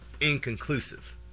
inconclusive